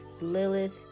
Lilith